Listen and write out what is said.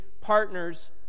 partners